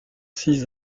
six